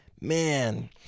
man